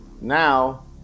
Now